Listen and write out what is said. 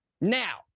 Now